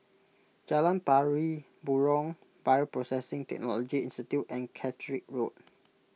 Jalan Pari Burong Bioprocessing Technology Institute and Catterick Road